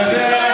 לא,